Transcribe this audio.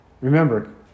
Remember